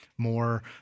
more